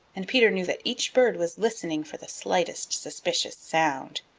and peter knew that each bird was listening for the slightest suspicious sound.